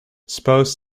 suppose